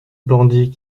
bandit